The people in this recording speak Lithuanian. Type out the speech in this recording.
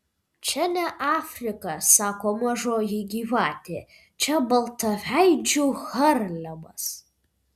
čia ne afrika sako mažoji gyvatė čia baltaveidžių harlemas